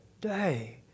day